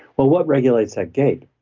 well what regulates that gate?